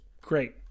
great